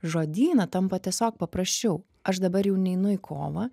žodyną tampa tiesiog paprasčiau aš dabar jau neinu į kovą